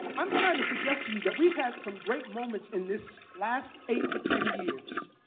i'm trying to suggest to you that we've had some great moments in this last eight to ten years